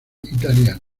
italiano